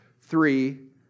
three